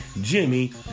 Jimmy